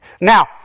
Now